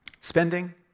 Spending